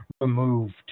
removed